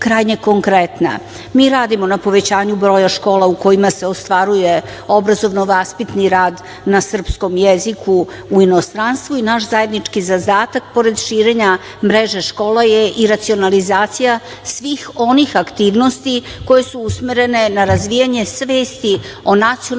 Mi radimo na povećanju broja škola u kojima se ostvaruje obrazovno-vaspitni rad na srpskom jeziku u inostranstvu i naš zajednički zadatak, pored širenja mreže škola, je i racionalizacija svih onih aktivnosti koje su usmerene na razvijanje svesti o nacionalnom i